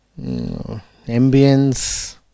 ambience